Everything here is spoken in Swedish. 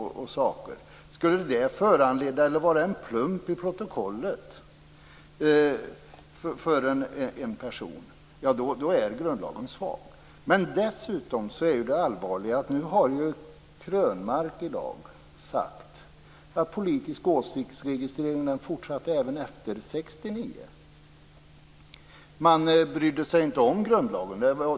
Skulle det vara en plump i protokollet för en person? Då är grundlagen svag. Dessutom är det allvarliga att Krönmark i dag har sagt att politisk åsiktsregistrering fortsatte även efter 1969. Man brydde sig inte om grundlagen.